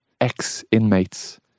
ex-inmates